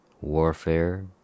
Warfare